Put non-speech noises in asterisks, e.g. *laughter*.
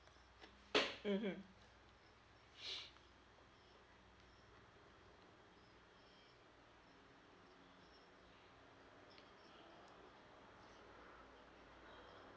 mmhmm *breath*